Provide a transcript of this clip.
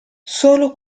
solo